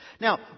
Now